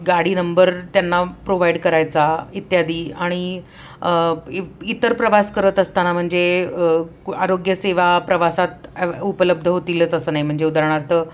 गाडी नंबर त्यांना प्रोवाईड करायचा इत्यादी आणि इतर प्रवास करत असताना म्हणजे आरोग्यसेवा प्रवासात उपलब्ध होतीलच असं नाही म्हणजे उदाहरणार्थ